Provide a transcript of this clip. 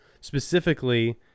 Specifically